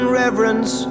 reverence